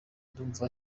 ndumva